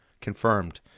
Confirmed